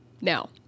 Now